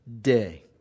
day